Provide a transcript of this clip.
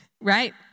right